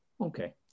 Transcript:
Okay